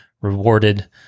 rewarded